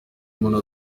umuntu